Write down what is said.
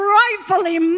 rightfully